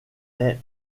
est